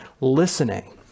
listening